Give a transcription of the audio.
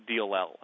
DLL